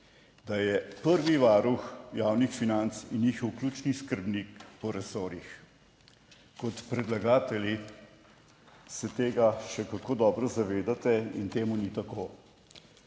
da je prvi varuh javnih financ in njihov ključni skrbnik po resorjih. Kot predlagatelji se tega še kako dobro zavedate in temu ni tako.